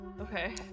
Okay